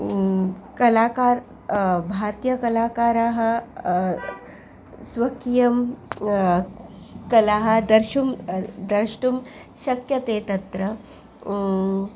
कलाकारः भारतीयकलाकाराः स्वकीयं कलाः दर्शितुं द्रष्टुं शक्यते तत्र